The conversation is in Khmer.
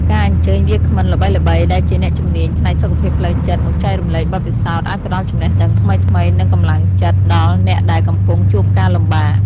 ការអញ្ជើញវាគ្មិនល្បីៗដែលជាអ្នកជំនាញផ្នែកសុខភាពផ្លូវចិត្តមកចែករំលែកបទពិសោធន៍អាចផ្ដល់ចំណេះដឹងថ្មីៗនិងកម្លាំងចិត្តដល់អ្នកដែលកំពុងជួបការលំបាក។